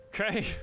Okay